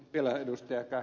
vielä ed